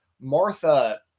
Martha